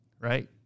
right